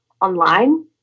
online